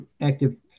Active